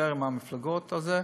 דיבר עם המפלגות על זה.